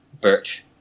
Bert